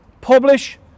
publish